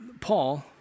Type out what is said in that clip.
Paul